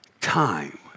time